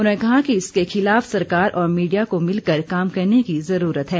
उन्होंने कहा है कि इसके खिलाफ सरकार और मीडिया को मिलकर काम करने की जरूरत है